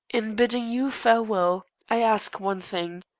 in bidding you farewell i ask one thing.